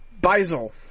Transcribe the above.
Beisel